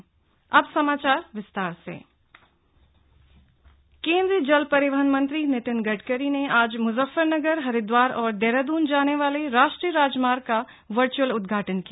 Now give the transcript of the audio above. NH उद्वाटन केंद्रीय जल परिवहन मंत्री नितिन गडकरी ने आज मुजफ्फरनगर हरिद्वार और देहरादून जाने वाले राष्ट्रीय राजमार्ग का वर्चुअल उद्वाटन किया